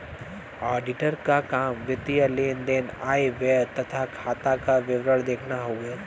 auditor क काम वित्तीय लेन देन आय व्यय तथा खाता क विवरण देखना हउवे